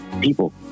people